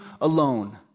alone